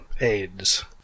AIDS